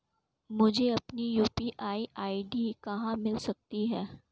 मुझे अपनी UPI ID कहां मिल सकती है?